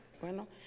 bueno